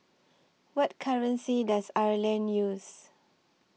What currency Does Ireland use